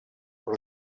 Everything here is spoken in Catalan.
però